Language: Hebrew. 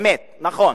באמת, נכון.